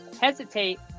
hesitate